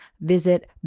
Visit